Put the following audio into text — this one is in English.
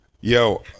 Yo